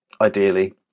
ideally